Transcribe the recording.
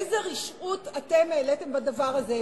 איזה רשעות אתם העליתם בדבר הזה,